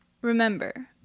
Remember